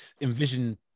envision